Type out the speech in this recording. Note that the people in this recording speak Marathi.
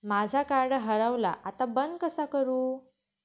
माझा कार्ड हरवला आता बंद कसा करू?